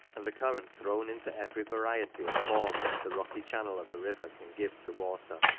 and the current thrown into every variety of form which the rocky channel of a river can give to water.